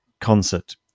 concert